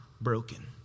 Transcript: broken